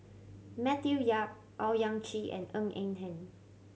Matthew Yap Owyang Chi and Ng Eng Hen